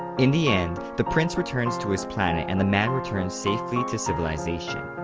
in the end, the prince returns to his planet and the man returns safely to civilization.